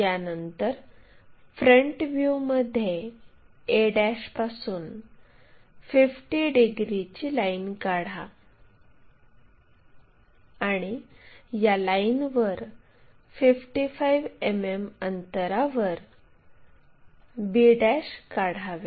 यानंतर फ्रंट व्ह्यूमध्ये a पासून 50 डिग्रीची लाईन काढा आणि या लाईनवर 55 मिमी अंतरावर b काढावे